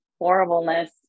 horribleness